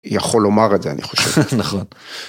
יכול לומר את זה אני חושב. - נכון.